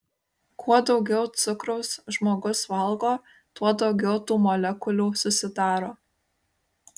kuo daugiau cukraus žmogus valgo tuo daugiau tų molekulių susidaro